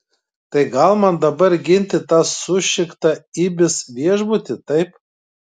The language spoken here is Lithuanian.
tai gal man dabar ginti tą sušiktą ibis viešbutį taip